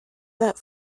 that